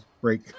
break